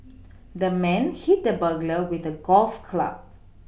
the man hit the burglar with a golf club